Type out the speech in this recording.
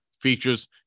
features